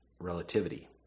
relativity